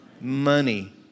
Money